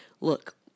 look